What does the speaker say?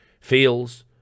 feels